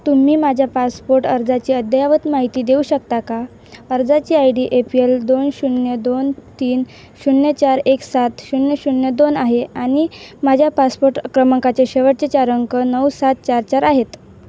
तुम्ही माझ्या पासपोर्ट अर्जाची अद्ययावत माहिती देऊ शकता का अर्जाची I D A P L दोन शून्य दोन तीन शून्य चार एक सात शून्य शून्य दोन आहे आणि माझ्या पासपोर्ट क्रमांकाचे शेवटचे चार अंक नऊ सात चार चार आहेत